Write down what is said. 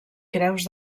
creus